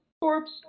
corpse